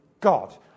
God